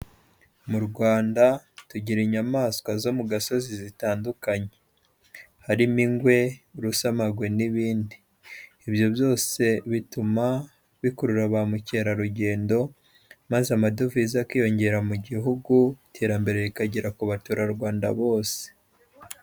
Mu Rwanda tugira inyamaswa zo mu gasozi zitandukanye harimo ingwe, urusamagwe n'ibindi. Ibyo byose bituma bikurura ba mukerarugendo maze amadovize akiyongera mu gihugu, iterambere rikagera ku baturarwanda bose.